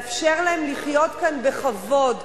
ומאפשרת להם לחיות כאן בכבוד,